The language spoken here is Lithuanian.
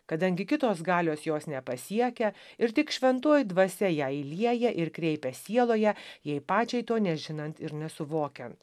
kadangi kitos galios jos nepasiekia ir tik šventoji dvasia ją įlieja ir kreipia sieloje jai pačiai to nežinant ir nesuvokiant